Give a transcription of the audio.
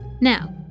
Now